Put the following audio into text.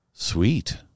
Sweet